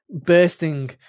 bursting